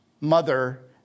mother